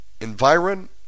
environ